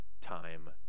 time